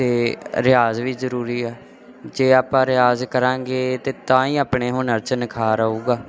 ਅਤੇ ਰਿਆਜ਼ ਵੀ ਜ਼ਰੂਰੀ ਆ ਜੇ ਆਪਾਂ ਰਿਆਜ਼ ਕਰਾਂਗੇ ਤੇ ਤਾਂ ਹੀ ਆਪਣੇ ਹੁਨਰ 'ਚ ਨਿਖਾਰ ਆਊਗਾ